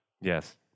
Yes